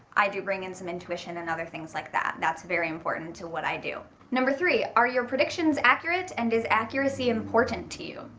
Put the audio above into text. i do bring in some intuition and other things like that that's very important to what i do. three are your predictions accurate and is accuracy important to you?